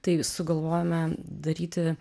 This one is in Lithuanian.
tai sugalvojome daryti